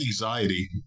anxiety